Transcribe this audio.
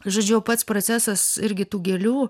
žodžiu pats procesas irgi tų gėlių